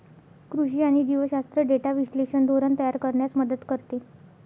कृषी आणि जीवशास्त्र डेटा विश्लेषण धोरण तयार करण्यास मदत करते